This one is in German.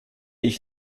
ich